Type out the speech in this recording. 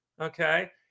Okay